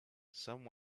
some